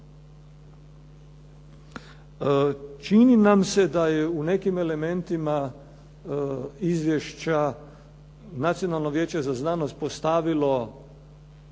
Čini nam se da je u nekim elementima izvješća Nacionalno vijeće za znanost postavilo